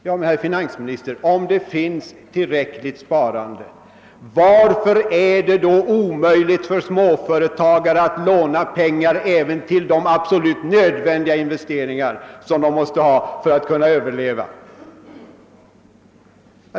Men, herr finansminister, om sparandet är tillräckligt, varför är det då omöjligt för företagare att låna pengar även till investeringar som är absolut nödvändiga för att de skall kunna överleva?